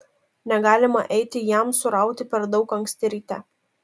negalima eiti jamsų rauti per daug anksti ryte